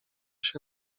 się